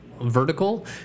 vertical